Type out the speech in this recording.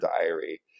Diary